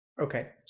Okay